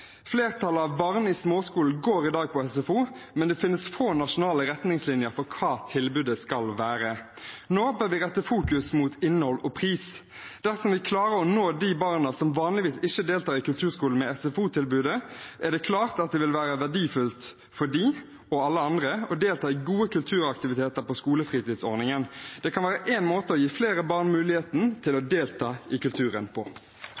Flertallet av barn i småskolen går i dag på SFO, men det finnes få nasjonale retningslinjer for hva tilbudet skal være. Nå bør vi fokusere på innhold og pris. Dersom vi klarer å nå de barna som vanligvis ikke deltar i kulturskolen, med SFO-tilbudet, er det klart at det vil være verdifullt for dem – og alle andre – å delta i gode kulturaktiviteter på skolefritidsordningen. Det kan være én måte å gi flere barn muligheten til å delta i kulturen på.